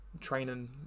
training